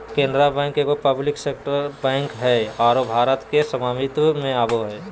Canara bank एगो public sector bank हइ आरो भारत सरकार के स्वामित्व में आवो हइ